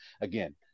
Again